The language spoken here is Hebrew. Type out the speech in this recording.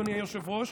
אדוני היושב-ראש,